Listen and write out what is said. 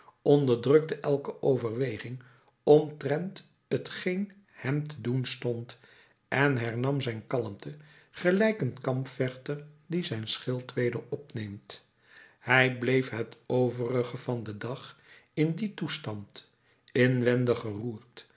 onderdrukte elke overweging omtrent t geen hem te doen stond en hernam zijn kalmte gelijk een kampvechter die zijn schild weder opneemt hij bleef het overige van den dag in dien toestand inwendig